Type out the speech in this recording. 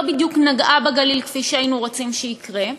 לא בדיוק נגעה בגליל כפי שהיינו רוצים שיקרה.